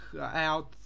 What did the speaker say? out